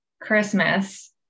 Christmas